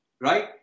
right